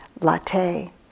latte